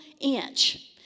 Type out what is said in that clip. inch